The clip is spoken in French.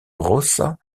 rossa